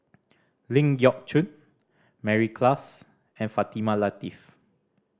Ling Geok Choon Mary Klass and Fatimah Lateef